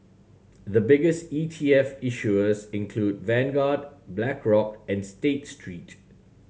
the biggest E T F issuers include Vanguard Blackrock and State Street